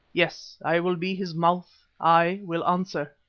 yes, i will be his mouth, i will answer.